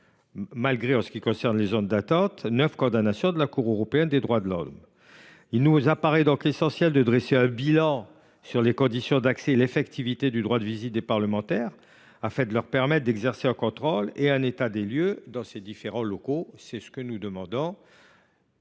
malgré, en ce qui concerne les zones d’attente, neuf condamnations de la Cour européenne des droits de l’homme. Il nous semble donc essentiel de dresser un bilan des conditions d’accès et l’effectivité du droit de visite des parlementaires, afin de permettre à ces derniers d’exercer un contrôle et un état des lieux de ces différents locaux. Nous le demandons